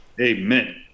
Amen